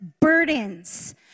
burdens